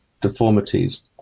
deformities